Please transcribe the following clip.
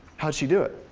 how'd she do it?